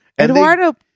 Eduardo